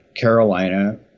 Carolina